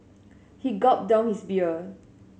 he gulped down his beer